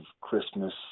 Christmas